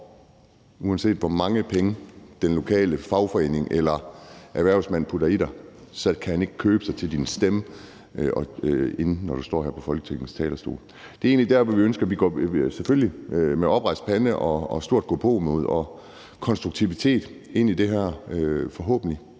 uanset hvor mange penge den lokale fagforening eller erhvervsmand putter i dig, så kan han ikke købe sig til din stemme, når du står her på Folketingets talerstol? Det er egentlig det, vi ønsker. Vi går selvfølgelig med oprejst pande, stort gåpåmod og konstruktivitet ind i det her forhåbentlig